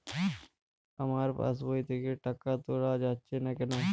আমার পাসবই থেকে টাকা তোলা যাচ্ছে না কেনো?